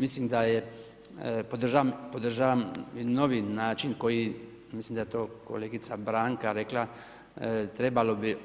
Mislim da je, podržavam novi način, koji, mislim da to kolegica Branka rekla, trebalo bi